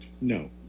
No